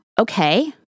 Okay